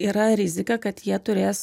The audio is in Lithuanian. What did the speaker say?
yra rizika kad jie turės